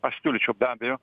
aš siūlyčiau be abejo